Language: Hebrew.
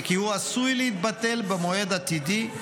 וכי הוא עשוי להתבטל במועד עתידי,